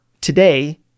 today